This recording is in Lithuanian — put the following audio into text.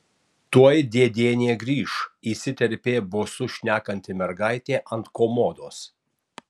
tuoj dėdienė grįš įsiterpė bosu šnekanti mergaitė ant komodos